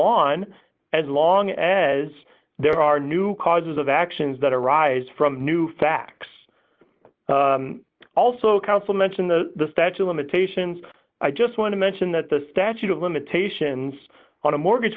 on as long as there are new causes of actions that arise from new facts also counsel mention the statue of limitations i just want to mention that the statute of limitations on a mortgage